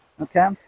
Okay